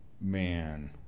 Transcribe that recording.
Man